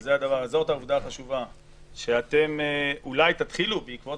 וזו העובדה החשובה שאתם אולי תתחילו בעקבות